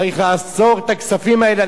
צריך לאסור את הכספים האלה.